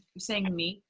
saying me,